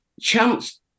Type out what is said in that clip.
chance